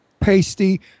pasty